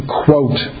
quote